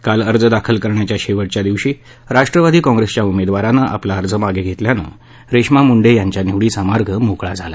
काल अर्ज दाखल करण्याच्या शेवटच्या दिवशी राष्ट्रवादी काँग्रेसच्या उमेदवारानं आपला अर्ज मागं घेतल्यानं रेश्मा मुंडे यांच्या निवडीचा मार्ग मोकळा झाला